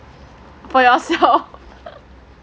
I also